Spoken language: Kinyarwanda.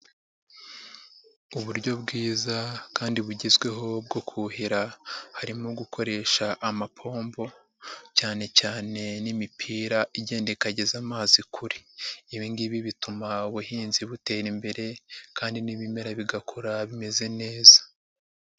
Uburyo bwiza kandi bugezweho bwo kuhira, harimo gukoresha amapombo cyane cyane n'imipira igenda ikageza amazi kure. Ibi ngibi bituma ubuhinzi butera imbere kandi n'ibimera bigakura bimeze neza.